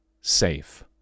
safe